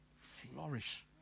flourish